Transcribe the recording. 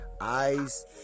eyes